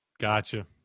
gotcha